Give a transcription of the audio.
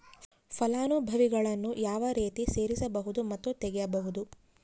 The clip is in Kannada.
ಫಲಾನುಭವಿಗಳನ್ನು ಯಾವ ರೇತಿ ಸೇರಿಸಬಹುದು ಮತ್ತು ತೆಗೆಯಬಹುದು?